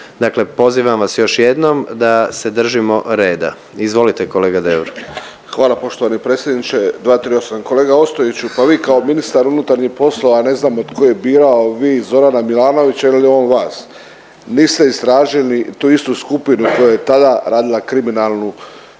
Dakle pozivam vas još jednom da se držimo reda. Izvolite, kolega Deur. **Deur, Ante (HDZ)** Hvala poštovani predsjedniče, 238. Kolega Ostojiću, pa vi kao ministar unutarnjih poslova ne znamo tko je birao vi Zorana Milanovića ili on vas. Niste istražili tu istu skupinu koja je tada radila kriminalnu